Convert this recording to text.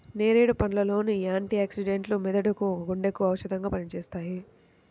నేరేడు పండ్ల లోని యాంటీ ఆక్సిడెంట్లు మెదడుకు, గుండెకు ఔషధంగా పనిచేస్తాయి